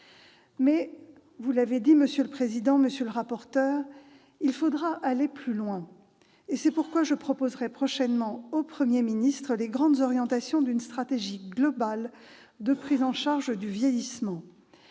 vous l'avez souligné, monsieur le président, monsieur le rapporteur, il faudra aller plus loin. C'est pourquoi je proposerai prochainement au Premier ministre les grandes orientations d'une stratégie globale de prise en charge du vieillissement.